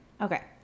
okay